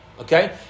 Okay